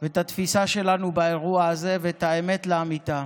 את הדברים ואת התפיסה שלנו באירוע הזה ואת האמת לאמיתה: